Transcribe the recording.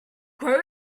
grow